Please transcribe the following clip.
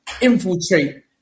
infiltrate